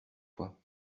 fois